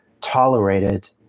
tolerated